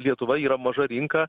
lietuva yra maža rinka